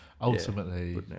ultimately